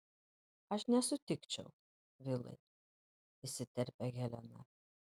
aš nesutikčiau vilai įsiterpia helena